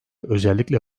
özellikle